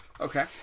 Okay